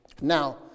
Now